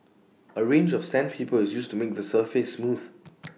A range of sandpaper is used to make the surface smooth